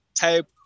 type